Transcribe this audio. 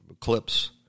clips